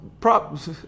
props